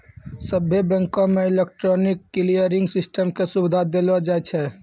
सभ्भे बैंको मे इलेक्ट्रॉनिक क्लियरिंग सिस्टम के सुविधा देलो जाय छै